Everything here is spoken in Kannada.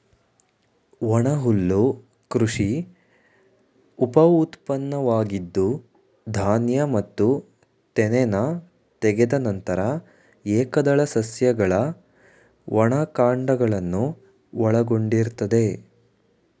ಒಣಹುಲ್ಲು ಕೃಷಿ ಉಪಉತ್ಪನ್ನವಾಗಿದ್ದು ಧಾನ್ಯ ಮತ್ತು ತೆನೆನ ತೆಗೆದ ನಂತರ ಏಕದಳ ಸಸ್ಯಗಳ ಒಣ ಕಾಂಡಗಳನ್ನು ಒಳಗೊಂಡಿರ್ತದೆ